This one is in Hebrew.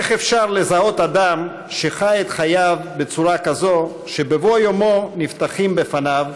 איך אפשר לזהות אדם שחי את חייו בצורה כזאת שבבוא יומו נפתחים בפניו